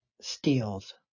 steals